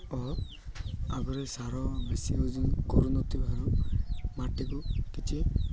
ଓ ଆଗରେ ସାର ବେଶି ୟୁଜ୍ କରୁନଥିବାରୁ ମାଟିକୁ କିଛି